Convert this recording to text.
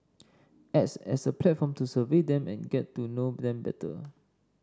acts as a platform to survey them and get to know them better